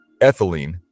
ethylene